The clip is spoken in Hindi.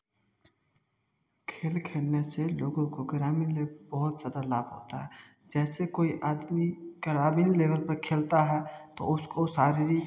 खेल खेलने से लोगों को ग्रामीण में बहुत ज़्यादा लाभ होता है जैसे कोई आदमी ग्रामीण लेवल पर खेलता है तो उसको शारीरिक